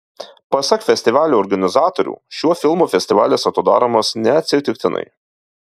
pasak festivalio organizatorių šiuo filmu festivalis atidaromas neatsitiktinai